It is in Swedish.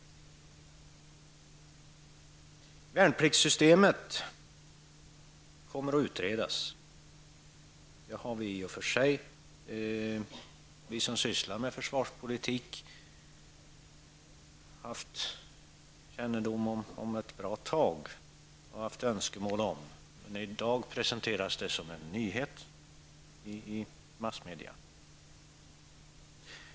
Värnpliktssystemet kommer att utredas. Det har i och för sig vi som sysslar med försvarspolitik haft önskemål om och känt till ett bra tag. Men i dag presenteras det som en nyhet i massmedia.